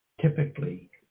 typically